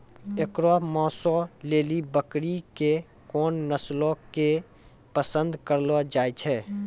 एकरो मांसो लेली बकरी के कोन नस्लो के पसंद करलो जाय छै?